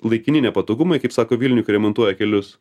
laikini nepatogumai kaip sako vilniuj kai remontuoja kelius